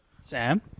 Sam